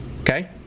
Okay